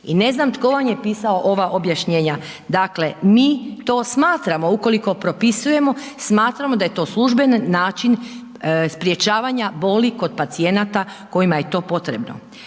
i ne znam tko vam je pisao ova objašnjenja. Dakle, mi to smatramo ukoliko propisujemo, smatramo da je to služben način sprječavanja boli kod pacijenata kojima je to potrebno.